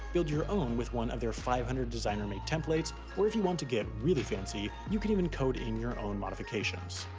build your own with one of their five hundred designer-made templates, or if you want to get really fancy you can even code in your own modifications.